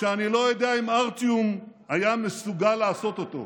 שאני לא יודע אם ארטיום היה מסוגל לעשות אותו,